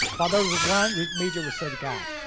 but there is one major research gap.